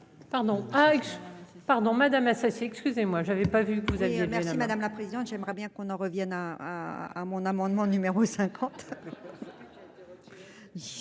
pardon Madame Assassi excusez-moi j'avais pas vu. Vous avez jamais rien. Madame la présidente, j'aimerais bien qu'on en revienne à à mon amendement numéro 5.